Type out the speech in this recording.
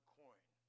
coin